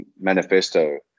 manifesto